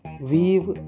weave